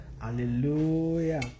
Hallelujah